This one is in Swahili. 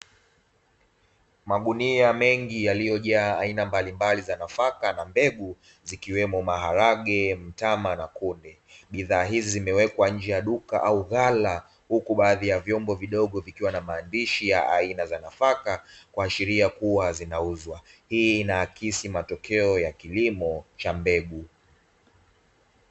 Magunia mengi yaliyojaa aina mbalimbali za nafaka na mbegu zikiwemo maharage mtama na kunde, bidhaa hizi zimewekwa nje ya duka au ghala huku baadhi ya vyombo vidogo vikiwa na maandishi ya aina za nafaka kuasheria kuwa zinauzwa hii na akisi matokeo ya kilimo cha mbegu.